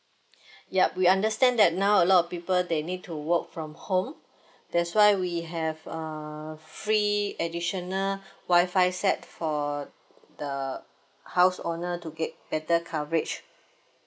yup we understand that now a lot of people they need to work from home that's why we have err free additional wifi set for the house owner to get better coverage